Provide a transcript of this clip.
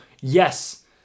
yes